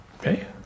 Okay